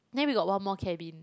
then we got one more cabin